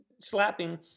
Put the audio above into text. slapping